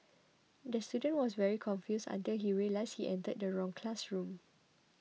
the student was very confused until he realised he entered the wrong classroom